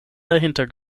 dahinter